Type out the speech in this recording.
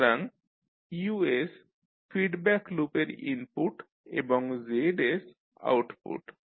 সুতরাং U feedback লুপের input এবং Z আউটপুট